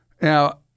now